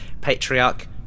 Patriarch